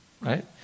right